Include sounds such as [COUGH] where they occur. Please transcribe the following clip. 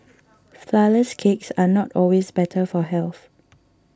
[NOISE] Flourless Cakes are not always better for health